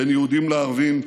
בין יהודים לערבים,